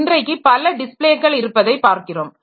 இன்றைக்கு பல டிஸ்பிளேக்கள் இருப்பதை பார்க்கிறோம்